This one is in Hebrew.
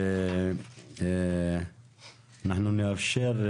ואנחנו נאפשר,